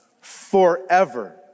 forever